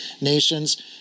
nations